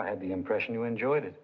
i had the impression you enjoyed it